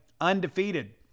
undefeated